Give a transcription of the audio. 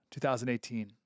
2018